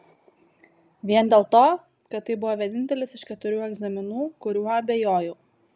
vien dėl to kad tai buvo vienintelis iš keturių egzaminų kuriuo abejojau